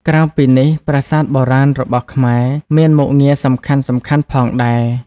ក្រៅពីនេះប្រាសាទបុរាណរបស់ខ្មែរមានមុខងារសំខាន់ៗផងដែរ។